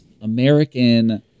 american